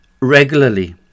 regularly